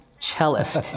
cellist